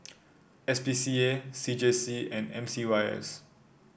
S P C A C J C and M C Y S